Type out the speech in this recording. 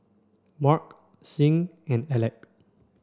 Marc Sing and Alec